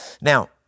Now